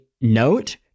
note